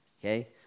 okay